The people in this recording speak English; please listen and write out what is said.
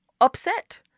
upset